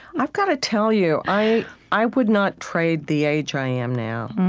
i've got to tell you, i i would not trade the age i am now.